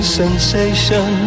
sensation